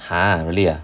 ha really ah